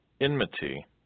enmity